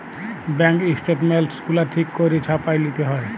bank statements গুলা ঠিক ক্যইরে ছাপাঁয় লিতে হ্যয়